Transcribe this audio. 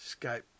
Skype